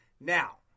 Now